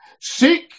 Seek